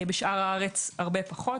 בשאר הארץ הרבה פחות.